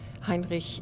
Heinrich